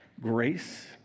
grace